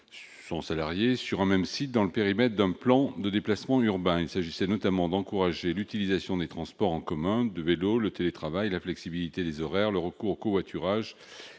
travailleurs sur un même site dans le périmètre d'un plan de déplacements urbains. Il s'agissait notamment d'encourager l'utilisation des transports en commun et du vélo, le télétravail, la flexibilité des horaires et le recours au covoiturage